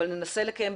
אבל ננסה לקיים,